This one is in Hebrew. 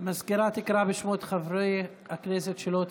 המזכיר תקרא בשמות חברי הכנסת שלא הצביעו.